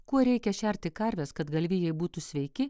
kuo reikia šerti karves kad galvijai būtų sveiki